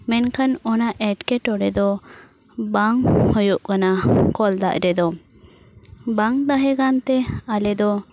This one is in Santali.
ᱢᱮᱱᱠᱷᱟᱱ ᱚᱱᱟ ᱮᱴᱠᱮᱴᱚᱬᱮ ᱫᱚ ᱵᱟᱝ ᱦᱩᱭᱩᱜ ᱠᱟᱱᱟ ᱠᱚᱞ ᱫᱟᱜ ᱨᱮᱫᱚ ᱵᱟᱝ ᱛᱟᱦᱮᱸ ᱠᱟᱱ ᱛᱮ ᱟᱞᱮ ᱫᱚ